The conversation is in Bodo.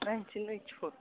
नाइनथिन ओइथिफर